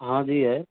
हाँ जी है